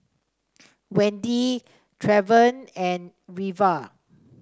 Wendy Trevion and Reva